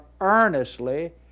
earnestly